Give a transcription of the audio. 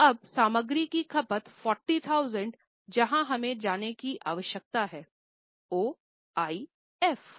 तो अब सामग्री की खपत 40000 जहां हमें जाने की आवश्यकता है ओआइएफ